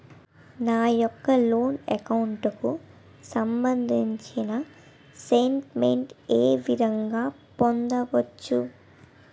నా యెక్క loan account కు సంబందించిన స్టేట్ మెంట్ ఏ విధంగా పొందవచ్చు?